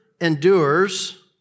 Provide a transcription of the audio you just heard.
endures